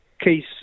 case